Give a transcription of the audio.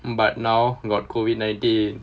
but now got COVID nineteen